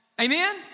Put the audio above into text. Amen